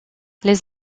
les